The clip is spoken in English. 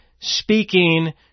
speaking